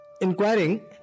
inquiring